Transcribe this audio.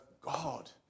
God